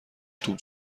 توپ